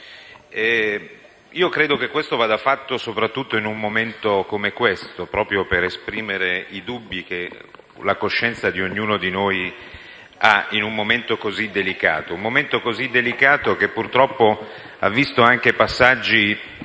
Credo che questo vada fatto soprattutto in un momento come questo, proprio per esprimere i dubbi che la coscienza di ognuno di noi ha in un momento così delicato che, purtroppo, ha visto anche passaggi,